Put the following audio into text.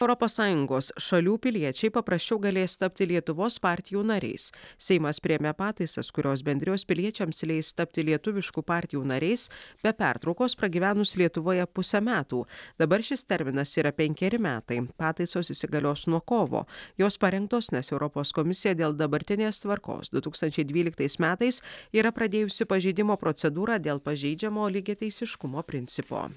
europos sąjungos šalių piliečiai paprasčiau galės tapti lietuvos partijų nariais seimas priėmė pataisas kurios bendrijos piliečiams leis tapti lietuviškų partijų nariais be pertraukos pragyvenus lietuvoje pusę metų dabar šis terminas yra penkeri metai pataisos įsigalios nuo kovo jos parengtos nes europos komisija dėl dabartinės tvarkos du tūkstančiai dvyliktais metais yra pradėjusi pažeidimo procedūrą dėl pažeidžiamo lygiateisiškumo principo